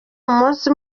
umunsi